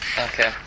Okay